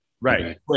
Right